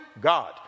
God